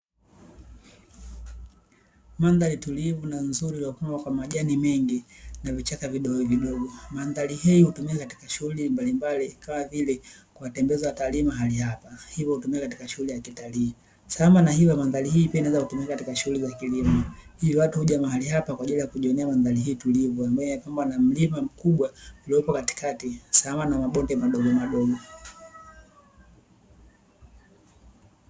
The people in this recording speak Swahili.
Mandhari tulivu na nzuri iliyopambwa kwa majani mengi na vichaka vidividogo, mandhari hii hutumika katika shuhuli mbalmbali kama vile kuwatembeza watalii, mahali hapa ivyo hutumika katika shuhuli za kitalii sambamba na hiyo, mandhari hii pia inaweza kutumika katika shuhuli za kilimo iwapo huja mahali hapa kwaajili ya kujionea mandhari hii tulivu, ambayo imepambwa na mlima mkubwa ulipo katikati sambamba na mabonde madogomadogo.